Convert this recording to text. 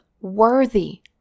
worthy